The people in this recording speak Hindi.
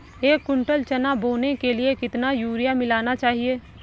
एक कुंटल चना बोने के लिए कितना यूरिया मिलाना चाहिये?